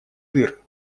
дыр